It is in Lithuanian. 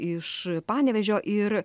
iš panevėžio ir